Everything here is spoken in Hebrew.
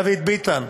דוד ביטן,